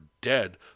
dead